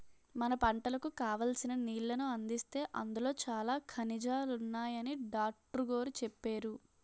మన పంటలకు కావాల్సిన నీళ్ళను అందిస్తే అందులో చాలా ఖనిజాలున్నాయని డాట్రుగోరు చెప్పేరు